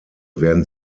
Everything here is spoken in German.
werden